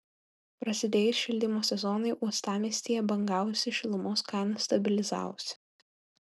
prasidėjus šildymo sezonui uostamiestyje bangavusi šilumos kaina stabilizavosi